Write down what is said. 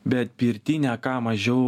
bet pirty ne ką mažiau